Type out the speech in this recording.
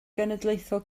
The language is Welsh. genedlaethol